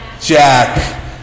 Jack